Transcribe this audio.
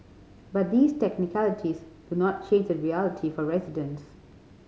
but these technicalities do not change the reality for residents